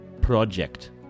project